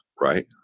Right